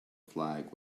flag